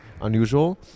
unusual